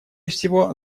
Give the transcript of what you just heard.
всего